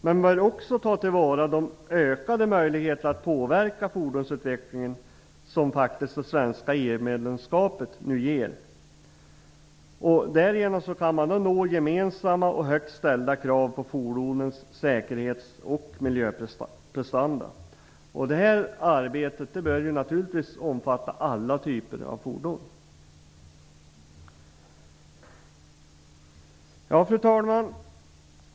Man bör också ta till vara de ökade möjligheter att påverka fordonsutvecklingen som det svenska EU-medlemskapet nu faktiskt ger. Därigenom kan gemensamma och högt ställda krav på fordonens säkerhets och miljöprestanda uppnås. Detta arbete bör naturligtvis omfatta alla typer av fordon. Fru talman!